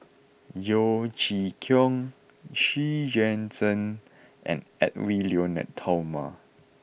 Yeo Chee Kiong Xu Yuan Zhen and Edwy Lyonet Talma